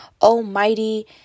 almighty